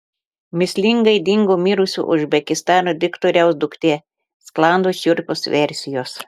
mįslingai dingo mirusio uzbekistano diktatoriaus duktė sklando šiurpios versijos